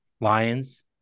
Lions